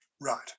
Right